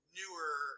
newer